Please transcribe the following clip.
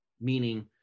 meaning